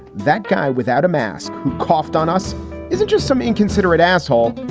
that guy without a mask who coughed on us isn't just some inconsiderate asshole.